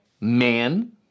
Man